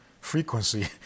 frequency